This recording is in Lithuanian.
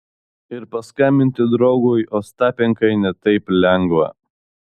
ir paskambinti draugui ostapenkai ne taip lengva